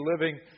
living